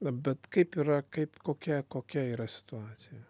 na bet kaip yra kaip kokia kokia yra situacija